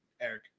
Eric